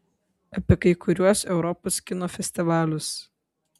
apie kai kuriuos europos kino festivalius